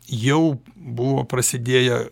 jau buvo prasidėję